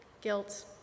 guilt